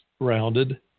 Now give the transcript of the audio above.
Rounded